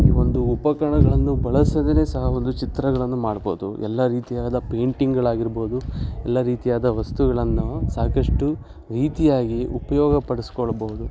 ಈ ಒಂದು ಉಪಕರಣಗಳನ್ನು ಬಳಸದೆಯೇ ಸಹ ಒಂದು ಚಿತ್ರಗಳನ್ನು ಮಾಡ್ಬೋದು ಎಲ್ಲ ರೀತಿಯಾದ ಪೈಂಟಿಂಗ್ಗಳಾಗಿರ್ಬೋದು ಎಲ್ಲ ರೀತಿಯಾದ ವಸ್ತುಗಳನ್ನು ಸಾಕಷ್ಟು ರೀತಿಯಾಗಿ ಉಪಯೋಗಪಡಿಸ್ಕೊಳ್ಬೌದು